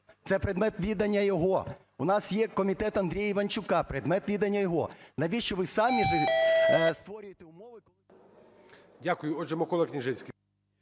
це предмет відання його, у нас є комітет Андрія Іванчука – предмет відання його. Навіщо ви самі створюєте умови… ГОЛОВУЮЧИЙ. Дякую. Отже, Микола Княжицький.